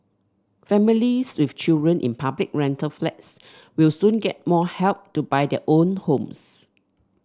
families with children in public rental flats will soon get more help to buy their own homes